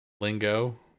Lingo